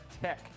Tech